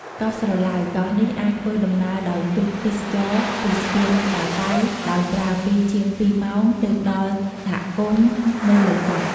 កោះស្រឡៅ កោះនេះអាចធ្វើដំណើរដោយទូកទេសចរណ៍ពីស្ពានតាតៃ ដោយប្រើពេលជាង ២ ម៉ោង ទើបដល់សហគមន៍នៅលើកោះ។